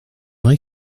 vrai